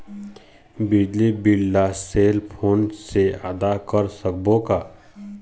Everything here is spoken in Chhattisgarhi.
बिजली बिल ला सेल फोन से आदा कर सकबो का?